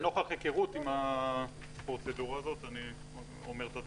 נוכח היכרות עם הפרוצדורה הזאת אני אומר את הדברים.